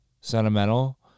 Sentimental